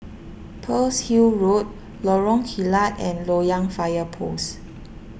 Pearl's Hill Road Lorong Kilat and Loyang Fire Post